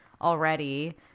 already